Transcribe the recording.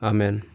Amen